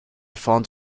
found